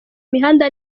imihanda